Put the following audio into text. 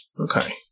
Okay